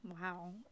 Wow